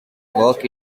work